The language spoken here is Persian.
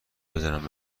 بزنم